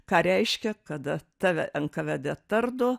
ką reiškia kada tave nkvd tardo